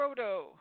Frodo